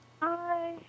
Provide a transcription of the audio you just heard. Hi